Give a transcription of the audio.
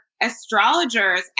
astrologers